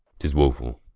tis wofull.